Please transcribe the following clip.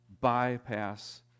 bypass